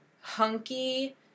hunky